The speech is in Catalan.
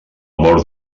mort